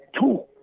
two